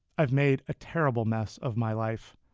i've made a terrible mess of my life.